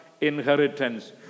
inheritance